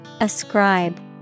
Ascribe